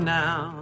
now